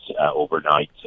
overnight